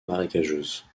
marécageuse